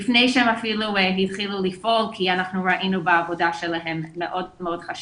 אפילו לפני שהם התחילו לפעול כי אנחנו ראינו בעבודה שלהם חשיבות